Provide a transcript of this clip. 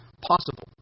possible